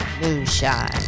moonshine